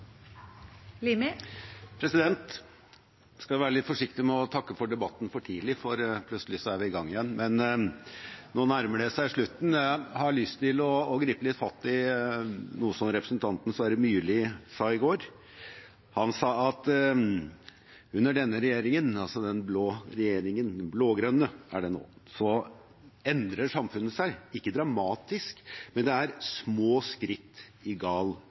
forslagene. Man skal være litt forsiktig med å takke for debatten for tidlig, for plutselig er vi i gang igjen, men nå nærmer det seg slutten. Jeg har lyst å gripe fatt i noe som representanten Sverre Myrli sa i går. Han sa at under denne regjeringen, altså den blå-grønne, endrer samfunnet seg – ikke dramatisk, men det er små skritt i gal